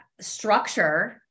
structure